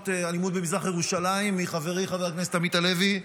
הלימוד במזרח ירושלים מחברי חבר הכנסת עמית הלוי.